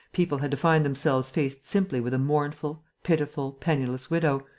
people had to find themselves faced simply with a mournful, pitiful, penniless widow,